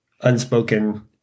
unspoken